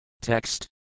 Text